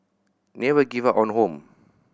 never give up on home